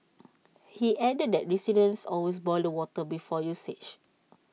he added that residents always boil the water before usage